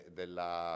della